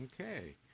Okay